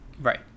Right